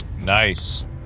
Nice